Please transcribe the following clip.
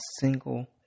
single